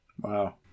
Wow